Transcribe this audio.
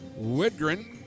Widgren